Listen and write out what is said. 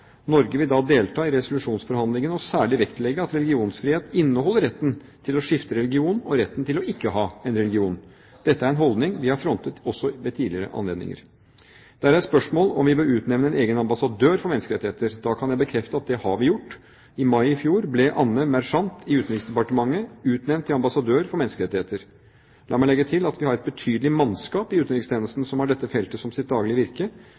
Norge vil da delta i resolusjonsforhandlingene og særlig vektlegge at religionsfrihet inneholder retten til å skifte religion og retten til ikke å ha en religion. Dette er en holdning vi har frontet også ved tidligere anledninger. Det er reist spørsmål om vi bør utnevne en egen ambassadør for menneskerettigheter. Da kan jeg bekrefte at det har vi gjort. I mai i fjor ble Anne Merchant i Utenriksdepartementet utnevnt til ambassadør for menneskerettigheter. La meg legge til at vi har et betydelig mannskap i utenrikstjenesten som har dette feltet som sitt daglige virke